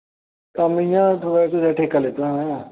कम्म इ'यां थोहाड़ा ठेका लैते दा में